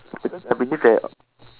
because I believe that